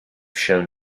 shown